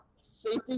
safety